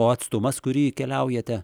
o atstumas kurį keliaujate